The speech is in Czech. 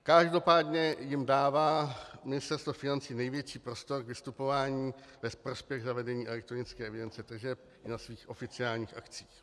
Každopádně jim dává Ministerstvo financí největší prostor k vystupování ve prospěch zavedení elektronické evidence tržeb i na svých oficiálních akcích.